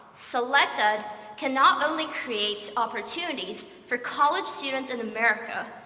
selected can not only create opportunities for college students in america,